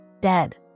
Dead